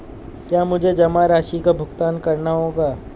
क्या मुझे जमा राशि का भुगतान करना होगा?